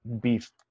beef